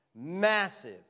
Massive